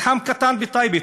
מתחם קטן בטייבה.